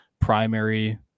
primary